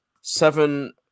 seven